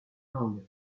langue